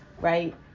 right